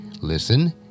listen